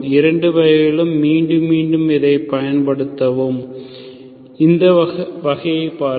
இரண்டு வகைகளிலும் மீண்டும் மீண்டும் இதைப் பயன்படுத்தவும் இந்த வகைகளை பாருங்கள்